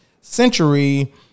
Century